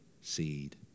seed